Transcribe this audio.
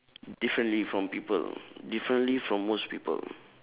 differently from people differently from most people